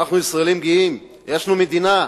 אנחנו ישראלים גאים, יש לנו מדינה,